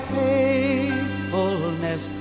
faithfulness